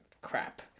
Crap